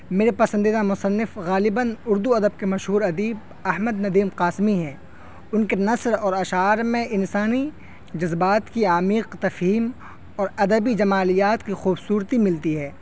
میرے پسندیدہ مصنف غالباً اردو ادب کے مشہور ادیب احمد ندیم قاسمی ہیں ان کے نثر اور اشعار میں انسانی جذبات کی عمیق تفہیم اور ادبی جمالیات کی خوبصورتی ملتی ہے